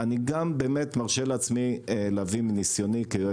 אני גם באמת מרשה לעצמי להביא מניסיוני כיועץ משפטי.